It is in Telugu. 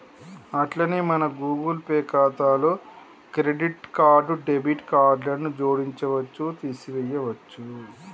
అట్లనే మన గూగుల్ పే ఖాతాలో క్రెడిట్ డెబిట్ కార్డులను జోడించవచ్చు తీసేయొచ్చు